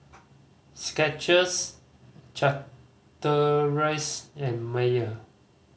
Skechers Chateraise and Mayer